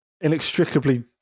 inextricably